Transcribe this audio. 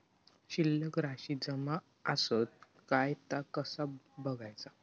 शिल्लक राशी जमा आसत काय ता कसा बगायचा?